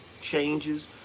changes